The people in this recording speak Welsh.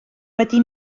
wedi